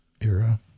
era